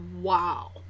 wow